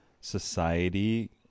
society